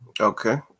Okay